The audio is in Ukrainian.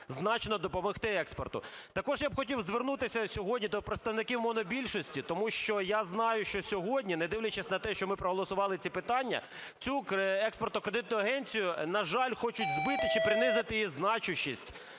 значно допомогти експорту. Також я б хотів звернутися сьогодні до представників монобільшості, тому що я знаю, що сьогодні, не дивлячись на те, що ми проголосували ці питання, цю Експортно-кредитну агенцію, на жаль, хочуть збити чи принизити її значущість